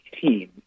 team